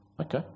Okay